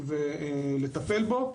ולטפל בו.